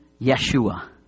Yeshua